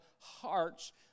hearts